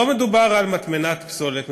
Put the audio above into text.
לא מדובר על מטמנת פסולת,